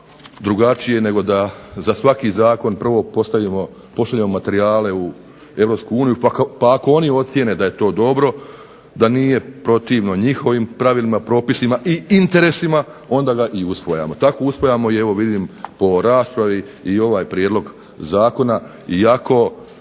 drugačije, nego da za svaki zakon prvo pošaljemo materijale u Europsku uniju, pa ako oni ocijene da je to dobro, da nije protivno njihovim pravilima, propisima i interesima, onda ga i usvajamo. Tako usvajamo i evo vidim po raspravi i ovaj prijedlog zakona, iako